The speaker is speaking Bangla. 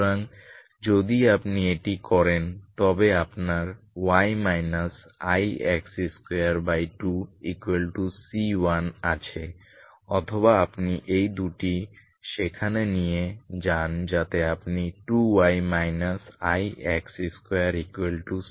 সুতরাং যদি আপনি এটি করেন তবে আপনার y ix22C1 আছে অথবা আপনি এই দুটি সেখানে নিয়ে যান যাতে আপনি 2y ix2C1